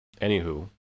anywho